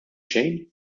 xejn